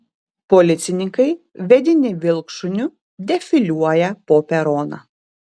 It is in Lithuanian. policininkai vedini vilkšuniu defiliuoja po peroną